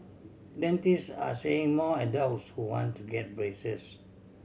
dentists are seeing more adults who want to get braces